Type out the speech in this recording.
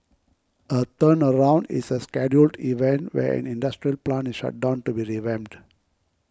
a turnaround is a scheduled event where an industrial plant is shut down to be revamped